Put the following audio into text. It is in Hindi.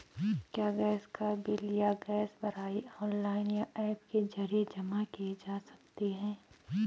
क्या गैस का बिल या गैस भराई ऑनलाइन या ऐप के जरिये जमा किये जा सकते हैं?